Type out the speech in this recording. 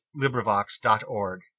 LibriVox.org